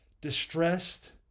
distressed